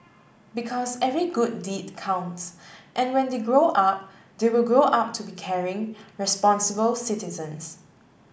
because every good deed counts and when they grow up they will grow up to be caring responsible citizens